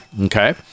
okay